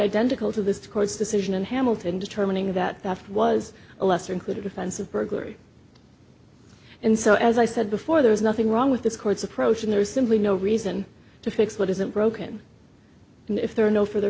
identical to the court's decision in hamilton determining that that was a lesser included offense of burglary and so as i said before there is nothing wrong with this court's approach and there is simply no reason to fix what isn't broken and if there are no furthe